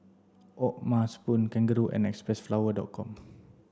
O'ma spoon Kangaroo and Xpressflower dot com